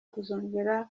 kuzongera